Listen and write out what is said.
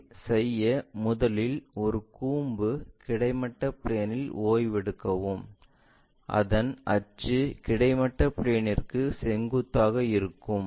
அதைச் செய்ய முதலில் ஒரு கூம்பு கிடைமட்ட பிளேன்இல் ஓய்வெடுக்கவும் அதன் அச்சு கிடைமட்ட பிளேன்ற்கு செங்குத்தாக இருக்கும்